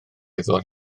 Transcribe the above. ddod